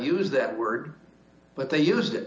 used that word but they used it